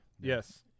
Yes